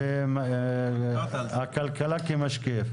ונציג הכלכלה כמשקיף.